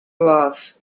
love